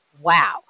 wow